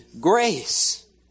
grace